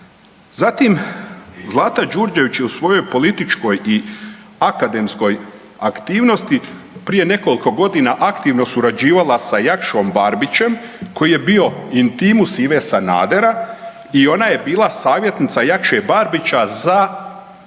Zatim, Zlata Đurđević je u svojoj političkoj i akademskoj aktivnosti prije nekoliko godina aktivno surađivala sa Jakšom Barbićem koji je bio intimus Ive Sanadera i ona je bila savjetnica Jakše Barbića za